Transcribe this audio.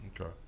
Okay